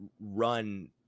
run